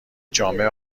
جامع